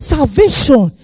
Salvation